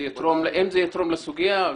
אם זה יתרום לסוגיה.